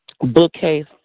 bookcase